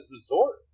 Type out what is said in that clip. resort